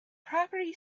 property